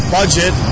budget